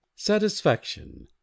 satisfaction